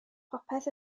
popeth